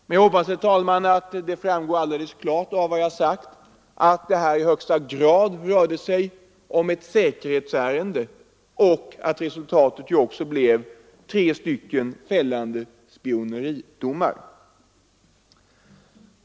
Men jag hoppas, herr talman, att det framgått klart av vad jag har sagt att det i högsta grad rörde sig om ett säkerhetsärende och att resultatet också blev tre fällande spioneridomar.